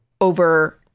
over